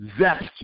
zest